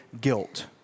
guilt